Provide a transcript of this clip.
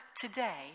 today